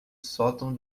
sótão